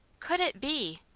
could it be?